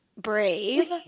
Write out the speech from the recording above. brave